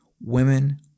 Women